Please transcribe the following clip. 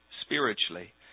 spiritually